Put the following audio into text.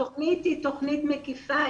התוכנית היא תוכנית מקיפה.